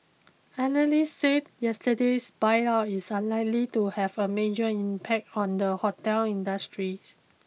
analysts said yesterday's buyout is unlikely to have a major impact on the hotel industry